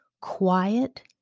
Quiet